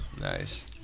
Nice